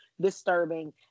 disturbing